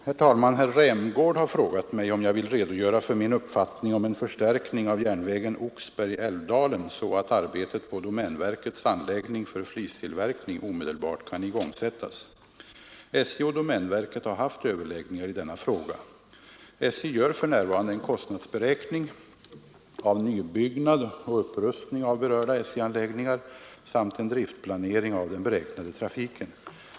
Herr talman! Herr Rämgård har frågat mig om jag vill redogöra för min uppfattning om en förstärkning av järnvägen Oxberg—Älvdalen så att arbetet på domänverkets anläggning för flistillverkning omedelbart kan igångsättas. SJ och domänverket har haft överläggningar i denna fråga. SJ gör för närvarande en kostnadsberäkning av nybyggnad och upprustning av berörda SJ-anläggningar samt en driftplanering av den beräknade trafiken.